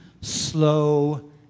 slow